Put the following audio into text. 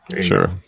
Sure